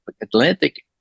Atlantic